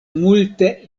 multe